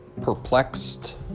perplexed